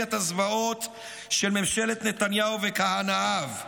בקואליציית הזוועות של ממשלת נתניהו וכהנאיו.